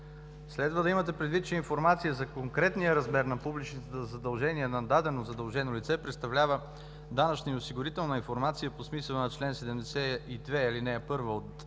Следва да имате предвид, че информация за конкретния размер на публичните задължения на дадено задължено лице представлява данъчна и осигурителна информация по смисъла на чл. 72, ал. 1 от